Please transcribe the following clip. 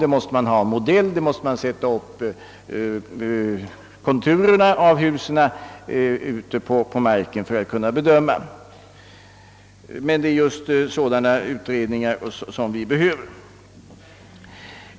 Man måste ha en modell, och konturerna av huset måste sättas upp ute på planen för att man skall kunna bedöma förslaget. Men det är just sådana utredningar som vi behöver.